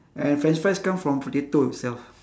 and french fries come from potato itself